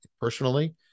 personally